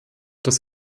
das